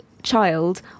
child